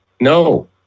No